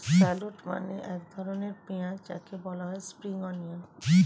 shallot মানে এক ধরনের পেঁয়াজ যাকে বলা হয় স্প্রিং অনিয়ন